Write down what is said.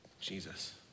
Jesus